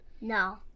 No